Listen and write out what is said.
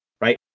right